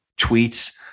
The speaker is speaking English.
tweets